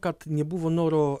kad nebuvo noro